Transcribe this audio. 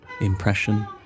impression